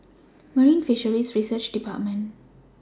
Marine Fisheries Research department